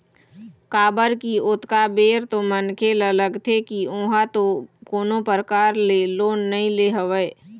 काबर की ओतका बेर तो मनखे ल लगथे की ओहा तो कोनो परकार ले लोन नइ ले हवय